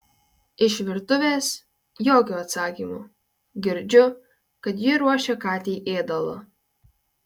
iš virtuvės jokio atsakymo girdžiu kad ji ruošia katei ėdalą